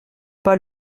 pas